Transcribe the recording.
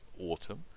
Autumn